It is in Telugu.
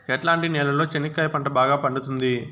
ఎట్లాంటి నేలలో చెనక్కాయ పంట బాగా పండుతుంది?